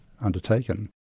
undertaken